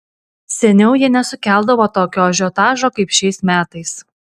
seniau jie nesukeldavo tokio ažiotažo kaip šiais metais